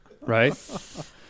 Right